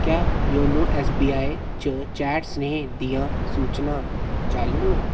क्या YONO S B I च chat सनेहें दियां सूचनां चालू न